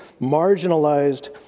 marginalized